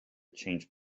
change